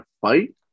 fight